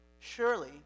Surely